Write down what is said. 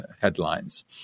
headlines